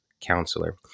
counselor